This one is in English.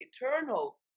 eternal